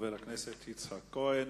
חבר הכנסת יצחק כהן.